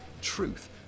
truth